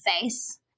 face